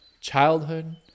childhood